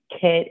Kit